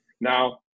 Now